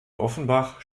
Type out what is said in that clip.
offenbach